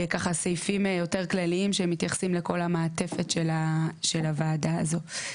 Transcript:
סעיפים יותר כללים שמתייחסים לכל המעטפת של הוועדה הזו.